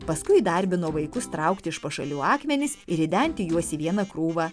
paskui darbino vaikus traukti iš pašalių akmenis ir ridenti juos į vieną krūvą